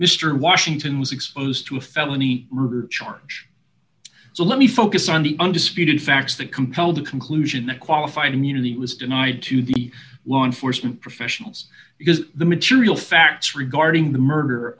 mr washington was exposed to a felony murder charge so let me focus on the undisputed facts that compel the conclusion that qualified immunity was denied to the law enforcement professionals because the material facts regarding the murder